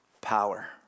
Power